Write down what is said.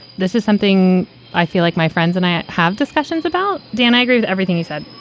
this is something i feel like my friends and i have discussions about. dan, i agree with everything you said.